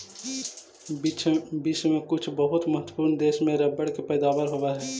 विश्व के कुछ बहुत महत्त्वपूर्ण देश में रबर के पैदावार होवऽ हइ